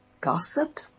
Gossip